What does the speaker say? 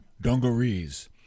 dungarees